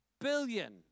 billion